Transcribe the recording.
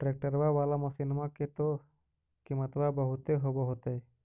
ट्रैक्टरबा बाला मसिन्मा के तो किमत्बा बहुते होब होतै?